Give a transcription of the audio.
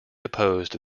opposed